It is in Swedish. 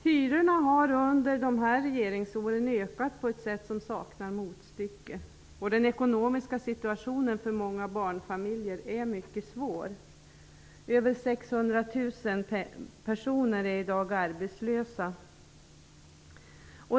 Hyrorna har under de senaste regeringsåren ökat på ett sätt som saknar motstycke, och den ekonomiska situationen för många barnfamiljer är mycket svår. Över 600 000 personer är i dag arbetslösa.